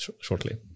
shortly